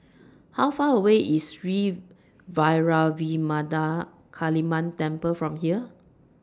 How Far away IS Sri Vairavimada Kaliamman Temple from here